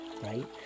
right